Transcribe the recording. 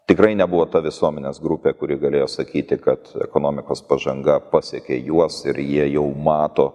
tikrai nebuvo ta visuomenės grupė kuri galėjo sakyti kad ekonomikos pažanga pasiekė juos ir jie jau mato